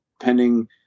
pending